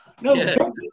No